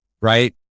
right